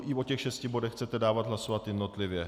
I o těch šesti bodech chcete dávat hlasovat jednotlivě?